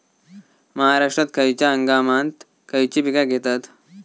महाराष्ट्रात खयच्या हंगामांत खयची पीका घेतत?